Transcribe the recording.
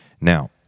Now